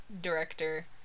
director